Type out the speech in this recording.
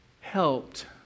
helped